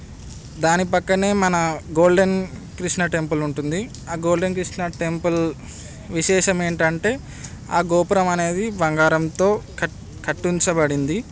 దాని ప్రక్కనే మన గోల్డెన్ కృష్ణా టెంపుల్ ఉంటుంది ఆ గోల్డెన్ కృష్ణా టెంపుల్ విశేషమేంటి అంటే ఆ గోపురం అనేది బంగారంతో క కట్టించబడింది